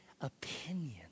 opinion